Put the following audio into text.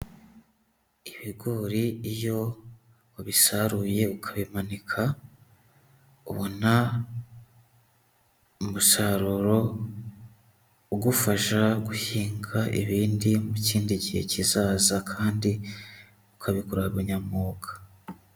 Ibigori iyo ubisaruye ukabimanika, ubona umusaruro ugufasha guhinga ibindi mu kindi gihe kizaza kandi ukabikora bunyamwuga.